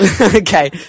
Okay